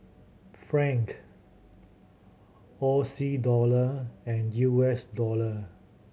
Franc O C Dollar and U S Dollar